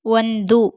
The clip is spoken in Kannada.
ಒಂದು